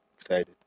excited